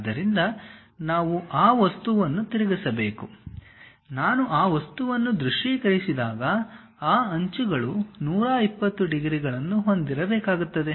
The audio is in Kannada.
ಆದ್ದರಿಂದ ನಾವು ಆ ವಸ್ತುವನ್ನು ತಿರುಗಿಸಬೇಕು ನಾನು ಆ ವಸ್ತುವನ್ನು ದೃಶ್ಯೀಕರಿಸಿದಾಗ ಈ ಅಂಚುಗಳು 120 ಡಿಗ್ರಿಗಳನ್ನು ಹೊಂದಿರಬೇಕಾಗುತ್ತದೆ